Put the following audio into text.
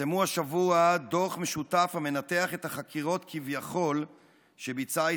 פרסמו השבוע דוח משותף המנתח את החקירות כביכול שביצעה